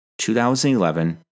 2011